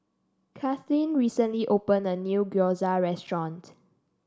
Kathlene recently opened a new Gyoza Restaurant